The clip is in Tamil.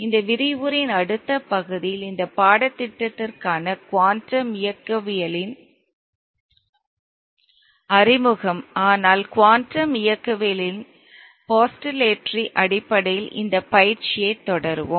இந்த விரிவுரையின் அடுத்த பகுதியில் இந்த பாடத்திட்டத்திற்கான குவாண்டம் இயக்கவியலின் அறிமுகம் ஆனால் குவாண்டம் இயக்கவியலின் போஸ்டுலேட்டரி அடிப்படையில் இந்த பயிற்சியைத் தொடருவோம்